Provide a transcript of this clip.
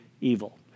evil